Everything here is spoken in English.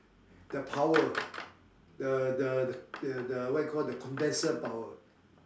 the power the the the what you call the condenser power